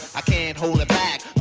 i can't hold it back.